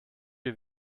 wie